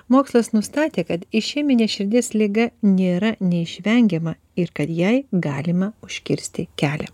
mokslas nustatė kad išeminė širdies liga nėra neišvengiama ir kad jai galima užkirsti kelią